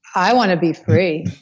i want to be free,